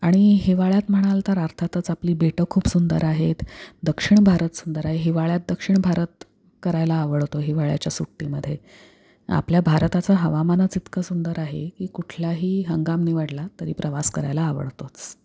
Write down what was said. आणि हिवाळ्यात म्हणाल तर अर्थातच आपली बेटं खूप सुंदर आहेत दक्षिण भारत सुंदर आहे हिवाळ्यात दक्षिण भारत करायला आवडतो हिवाळ्याच्या सुट्टीमध्ये आपल्या भारताचं हवामानच इतकं सुंदर आहे की कुठलाही हंगाम निवडला तरी प्रवास करायला आवडतोच